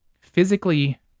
physically